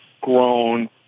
grown